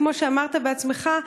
כמו שאמרת בעצמך,